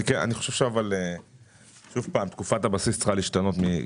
אני חושב שתקופת הבסיס צריכה להשתנות.